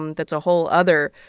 um that's a whole other